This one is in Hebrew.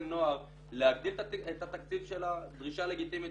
נוער להגדיל את התקציב שלה היא דרישה לגיטימית,